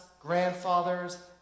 grandfathers